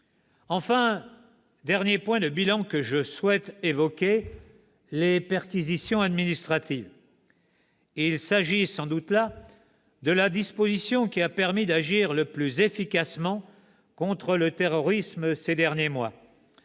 Le dernier point de bilan que je souhaite évoquer concerne les perquisitions administratives. Il s'agit sans doute de la disposition qui a permis d'agir le plus efficacement contre le terrorisme ces derniers mois.